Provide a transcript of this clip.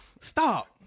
Stop